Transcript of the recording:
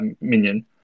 minion